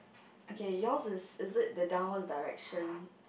okay yours is is it the downward direction